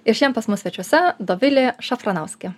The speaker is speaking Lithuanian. ir šiandien pas mus svečiuose dovilė šafranauskė